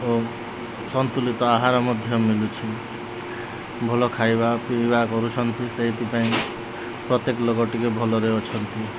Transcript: ଓ ସନ୍ତୁଲିତ ଆହାର ମଧ୍ୟ ମିଲୁଛି ଭଲ ଖାଇବା ପିଇବା କରୁଛନ୍ତି ସେଇଥିପାଇଁ ପ୍ରତ୍ୟେକ ଲୋକ ଟିକେ ଭଲରେ ଅଛନ୍ତି